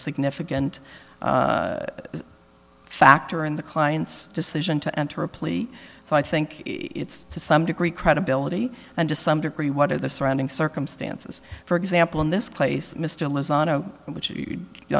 significant factor in the client's decision to enter a plea so i think it's to some degree credibility and to some degree what are the surrounding circumstances for example in this case mr lazaro which you